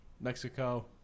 Mexico